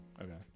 okay